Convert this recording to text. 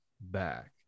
back